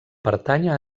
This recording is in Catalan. pertànyer